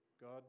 God